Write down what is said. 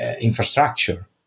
infrastructure